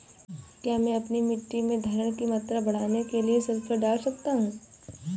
क्या मैं अपनी मिट्टी में धारण की मात्रा बढ़ाने के लिए सल्फर डाल सकता हूँ?